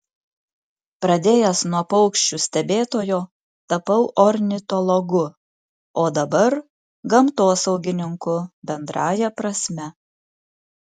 pradėjęs nuo paukščių stebėtojo tapau ornitologu o dabar gamtosaugininku bendrąja prasme